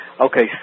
okay